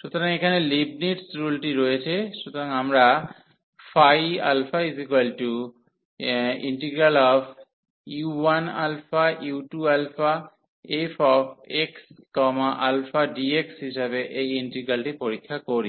সুতরাং এখানে লিবনিটজ রুলটি রয়েছে সুতরাং আমরা u1u2fxαdx হিসাবে এই ইন্টিগ্রালটি পরীক্ষা করি